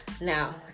now